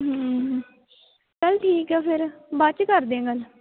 ਚੱਲ ਠੀਕ ਆ ਫਿਰ ਬਾਅਦ 'ਚ ਕਰਦੇ ਹਾਂ ਗੱਲ